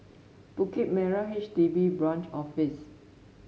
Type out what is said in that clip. Bukit Merah H D B Branch Office